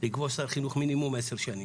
לקבוע שר חינוך מינימום עשר שנים.